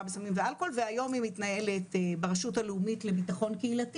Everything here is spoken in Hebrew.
בסמים ובאלכוהול והיום היא מתנהלת ברשות הלאומית לביטחון קהילתי